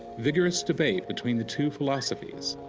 vigorous debate between the two philosophies,